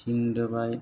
थिं दोबाय